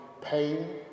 pain